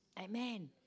Amen